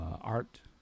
Art